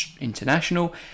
international